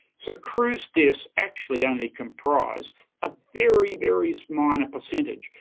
so, cruise deaths actually only comprise a very very so minor percentage,